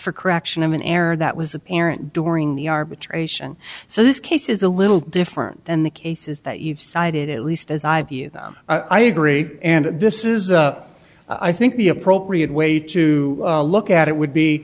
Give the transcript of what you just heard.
for correction of an error that was apparent during the arbitration so this case is a little different and the cases that you've cited at least as i view them i agree and this is i think the appropriate way to look at it would be